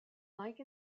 like